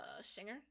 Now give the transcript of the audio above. singer